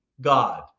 God